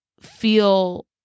feel